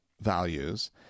values